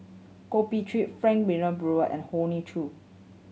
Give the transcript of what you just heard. Goh Bin Qiu Frank Wilmin Brewer and Hoey Choo